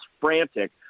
frantic